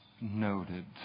noted